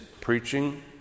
preaching